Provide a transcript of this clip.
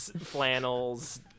flannels